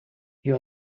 you